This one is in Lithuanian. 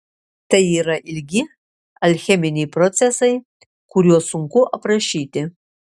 tai yra ilgi alcheminiai procesai kuriuos sunku aprašyti